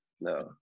No